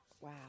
Wow